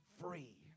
free